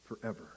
forever